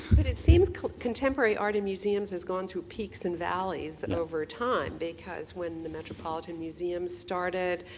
but it seems contemporary art in museums has gone through peaks and valleys over time because when the metropolitan museum started,